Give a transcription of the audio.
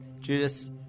Judas